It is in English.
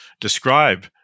describe